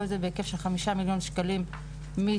כל זה בהיקף של חמישה מיליון שקלים מתקציבנו.